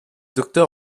docteur